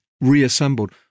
reassembled